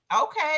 Okay